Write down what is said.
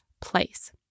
place